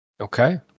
Okay